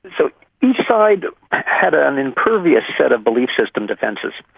so each side had ah an impervious set of belief system defences.